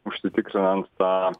užsitikrinant tą